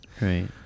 Right